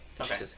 Okay